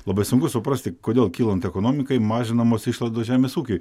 labai sunku suprasti kodėl kylant ekonomikai mažinamos išlaidos žemės ūkiui